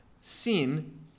Sin